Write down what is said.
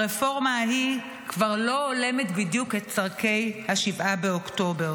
הרפורמה ההיא כבר לא הולמת בדיוק את צורכי 7 באוקטובר.